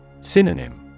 Synonym